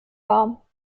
war